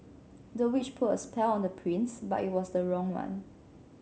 the witch put a spell on the prince but it was the wrong one